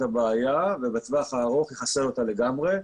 הבעיה ובטווח הארוך יחסל אותה לגמרי.